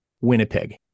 Winnipeg